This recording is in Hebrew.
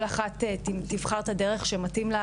כל אחת תבחר את הדרך שמתאים לה